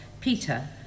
Peter